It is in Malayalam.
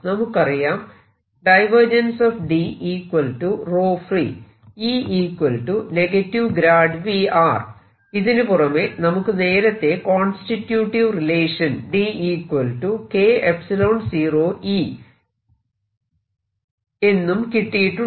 നമുക്കറിയാം ഇതിനുപുറമെ നമുക്ക് നേരത്തെ കോൺസ്റ്റിട്യൂട്ടിവ് റിലേഷൻ എന്നും കിട്ടിയിട്ടുണ്ട്